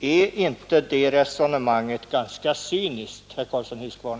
Är inte det resonemanget ganska cyniskt, herr Karlsson i Huskvarna?